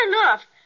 enough